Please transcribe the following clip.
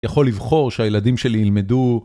יכול לבחור שהילדים שלי ילמדו...